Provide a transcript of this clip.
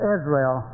Israel